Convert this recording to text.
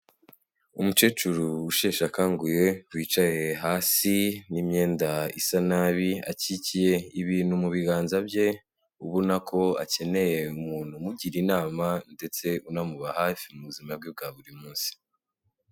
Umukecuru usheshe akanguye wicaye hasi n'imyenda isa nabi, akikiye ibintu mu biganza bye ubona ko akeneye umuntu umugira inama ndetse unamuba hafi mu buzima bwe bwa buri munsi.